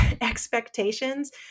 expectations